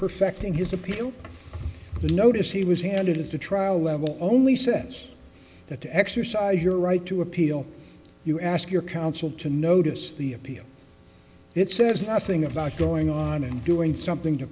perfecting his appeal the notice he was handed as to trial level only says that to exercise your right to appeal you ask your counsel to notice the appeal it says nothing about going on and doing something to